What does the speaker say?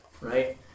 right